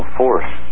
force